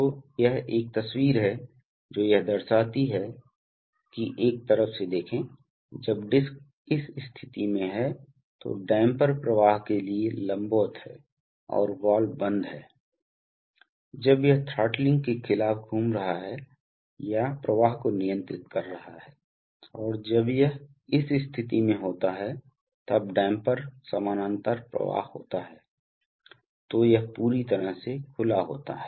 तो यह एक तस्वीर है जो यह दर्शाती है कि एक तरफ से देखें जब डिस्क इस स्थिति में है तो डैम्पर प्रवाह के लिए लंबवत है और वाल्व बंद है जब यह थ्रॉटलिंग के खिलाफ घूम रहा है या प्रवाह को नियंत्रित कर रहा है और जब यह इस स्थिति में होता है तब डैम्पर समानान्तर प्रवाह होता है तो यह पूरी तरह से खुला होता है